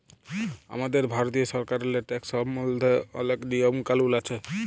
আমাদের ভারতীয় সরকারেল্লে ট্যাকস সম্বল্ধে অলেক লিয়ম কালুল আছে